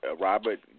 Robert